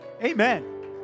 Amen